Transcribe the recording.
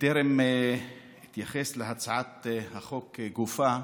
בטרם אתייחס להצעת החוק גופא,